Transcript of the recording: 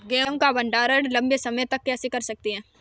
गेहूँ का भण्डारण लंबे समय तक कैसे कर सकते हैं?